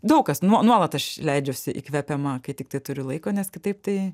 daug kas nuo nuolat aš leidžiuosi įkvepiama kai tiktai turiu laiko nes kitaip tai